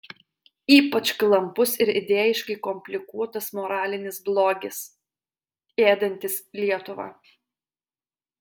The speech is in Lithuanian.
ypač klampus ir idėjiškai komplikuotas moralinis blogis ėdantis lietuvą